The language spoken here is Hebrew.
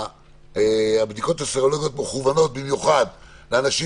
הבדיקות הסרולוגיות מכוונות במיוחד לאנשים